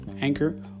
Anchor